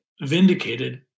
vindicated